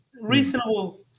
reasonable